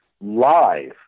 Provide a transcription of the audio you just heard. live